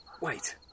Wait